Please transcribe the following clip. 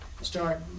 Start